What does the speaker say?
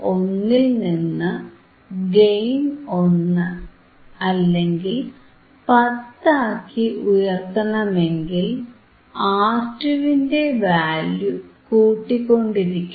1ൽനിന്ന് gain 1 അല്ലെങ്കിൽ 10 ആക്കി ഉയർത്തണമെങ്കിൽ R2 വിന്റെ വാല്യൂ കൂട്ടിക്കൊണ്ടിരിക്കണം